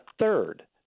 third